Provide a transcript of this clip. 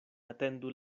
atendu